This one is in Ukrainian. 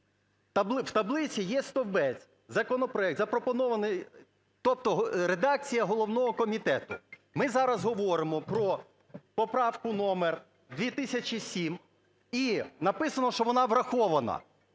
в таблиці є стовбець, законопроект запропонований, тобто редакція головного комітету. Ми зараз говоримо про поправку номер 2007 і написано, що вона врахована.